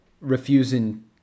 refusing